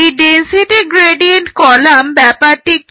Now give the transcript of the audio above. এই density gradient column ব্যাপারটি কি